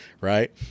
right